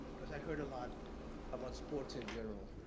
because i heard a lot about sports in general,